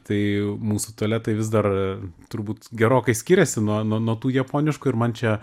tai mūsų tualetai vis dar turbūt gerokai skiriasi nuo nuo nuo tų japoniškų ir man čia